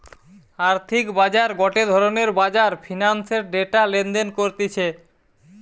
আর্থিক বাজার গটে ধরণের বাজার ফিন্যান্সের ডেটা লেনদেন করতিছে